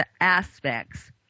aspects